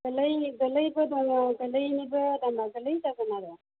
गोरलै गोरलैबो दङ गोरलैनिबो दामा गोरलै जागोन आरो